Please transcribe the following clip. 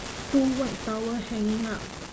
two white towel hanging up